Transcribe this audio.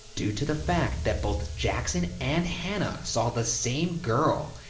due to the fact that both jackson and hannah saw the same girl,